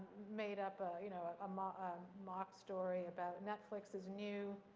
made up a you know ah um ah um mock story about netflix's new,